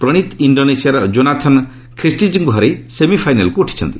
ପ୍ରଣୀତ ଇଣ୍ଡୋନେସିଆର ଜୋନାଥନ ଖ୍ରୀଷ୍ଟିଜ୍ଙ୍କୁ ହରେଇ ସେମିଫାଇନାଲ୍କୁ ଉଠିଛନ୍ତି